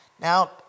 Now